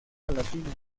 palatino